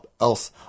else